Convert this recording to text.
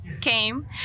came